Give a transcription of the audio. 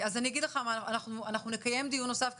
אנחנו נקיים דיון נוסף,